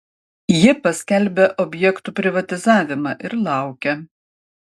ji paskelbia objektų privatizavimą ir laukia